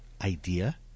idea